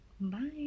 bye